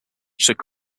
should